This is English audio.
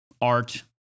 art